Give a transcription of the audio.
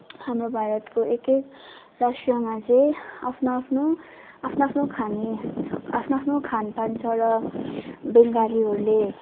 हाम्रो भारतको एक एक राष्ट्रमा चाहिँ आफ्नो आफ्नो आफ्नो आफ्नो खाने आफ्नो आफ्नो खानपान छ र बङ्गालीहरूले